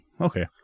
Okay